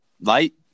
light